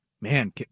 man